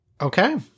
Okay